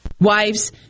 Wives